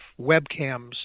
webcams